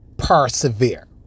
persevere